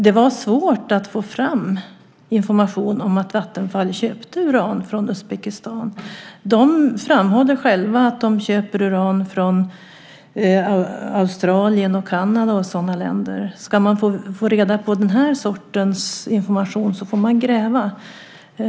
Det var svårt att få fram information om att Vattenfall köpte uran från Uzbekistan. De framhåller själva att de köper uran från Australien, Kanada och sådana länder. Om man ska få tag på den här sortens information får man gräva.